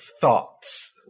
thoughts